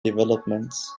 developments